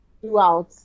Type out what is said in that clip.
Throughout